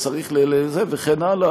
וצריך זה וכן הלאה,